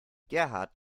gerhard